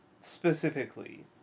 specifically